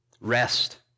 rest